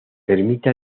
permite